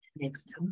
next